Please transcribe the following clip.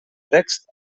text